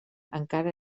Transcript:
encara